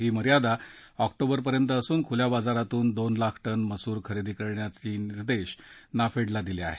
ही मर्यादा ऑक्टोबरपर्यंत असून खूल्या बाजारातून दोन लाख टन मसूर खरेदी करण्याची निर्देश नाफेडला दिले आहेत